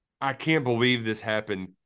I-can't-believe-this-happened